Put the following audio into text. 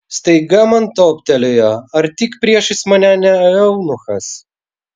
staiga man toptelėjo ar tik priešais mane ne eunuchas